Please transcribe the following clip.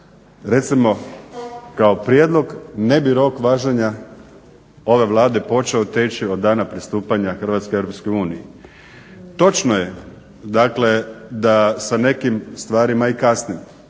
recimo kao prijedlog ne bi rok važenja ove Vlade počeo teći od dana pristupanja Hrvatske EU. Točno je da sa nekim stvarima i kasnimo